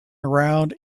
around